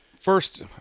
first